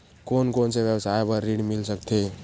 कोन कोन से व्यवसाय बर ऋण मिल सकथे?